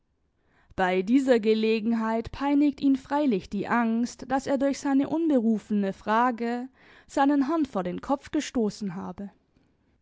bei dieser gelegenheit peinigt ihn freilich die angst daß er durch seine unberufene frage seinen herrn vor den kopf gestoßen habe